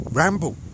ramble